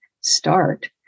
start